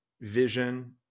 vision